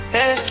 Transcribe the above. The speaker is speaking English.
Hey